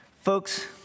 Folks